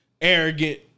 arrogant